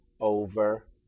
over